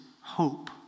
hope